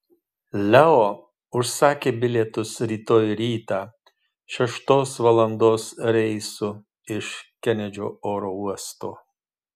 leo užsakė bilietus rytoj rytą šeštos valandos reisu iš kenedžio oro uosto